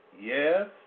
Yes